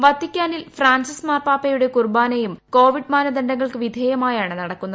വത്തിക്കാനിൽ Francis മാർപ്പാപ്പയുടെ കുർബാനയും Covid മാനദണ്ഡങ്ങൾക്ക് വിധേയമായാണ് നടക്കുന്നത്